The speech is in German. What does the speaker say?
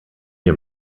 ihr